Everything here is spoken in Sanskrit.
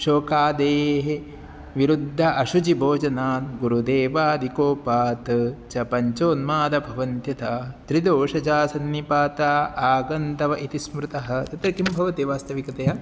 शोकादेः विरुद्ध अशुचिभोजनात् गुरुदेववादिकोपात् च पञ्चोन्मादभवन्त्यथा त्रिदोषजा सन्निपाता आगन्तव इति स्मृतः तत्र किं भवति वास्तविकतया